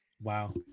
Wow